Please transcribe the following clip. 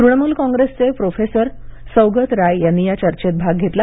तृणमूल काँग्रेसचे प्रोफेसर सौगत राय यांनी या चर्चेत भाग घेतला